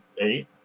eight